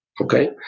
okay